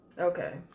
Okay